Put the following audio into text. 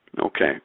Okay